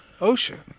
Ocean